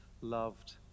loved